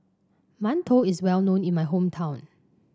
mantou is well known in my hometown